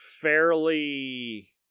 fairly